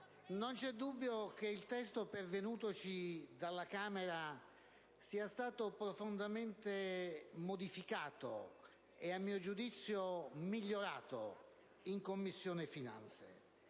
non c'è dubbio che il testo pervenutoci dalla Camera sia stato profondamente modificato e, a mio giudizio, migliorato in Commissione finanze.